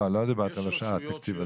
לא, לא דיברתי על התקציב הזה.